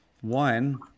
one